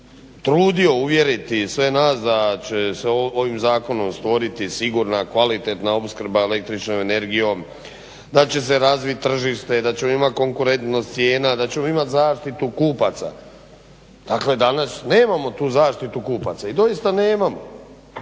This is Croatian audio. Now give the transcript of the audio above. trudio uvjeriti sve nas da će se ovim zakonom stvoriti sigurna, kvalitetna opskrba električnom energijom, da će se razviti tržište, da ćemo imat konkurentnost cijena, da ćemo imati zaštitu kupaca, dakle danas nemam tu zaštitu kupaca. I doista nemamo.